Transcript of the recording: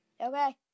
okay